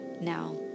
now